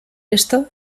esto